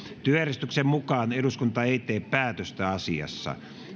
työjärjestyksen mukaan eduskunta ei tee päätöstä asiassa